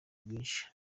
rwinshi